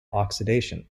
oxidation